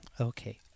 Okay